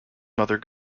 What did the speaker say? mother